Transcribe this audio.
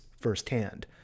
firsthand